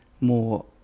more